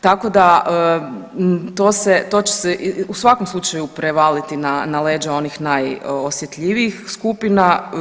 Tako da, to se, to će se u svakom slučaju prevaliti na na leđa onih najosjetljivijih skupina.